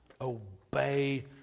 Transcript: obey